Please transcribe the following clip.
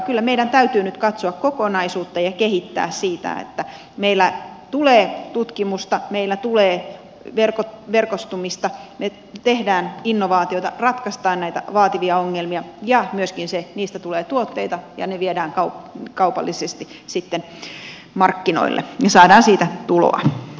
kyllä meidän täytyy nyt katsoa kokonaisuutta ja kehittää sitä että meillä tulee tutkimusta meillä tulee verkostoitumista me teemme innovaatioita ratkaisemme näitä vaativia ongelmia ja myöskin sitä että niistä tulee tuotteita ja ne viedään kaupallisesti sitten markkinoille ja saadaan siitä tuloa